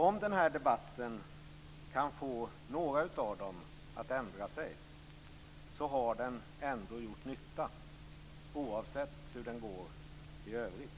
Om den här debatten kan få några av dem att ändra sig har den gjort nytta, oavsett hur den i övrigt går.